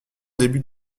début